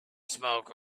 smoke